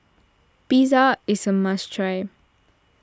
Pizza is a must try